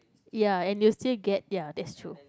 ya and you will still get ya that's true